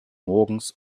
morgens